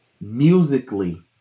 musically